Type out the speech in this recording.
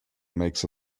makes